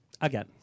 Again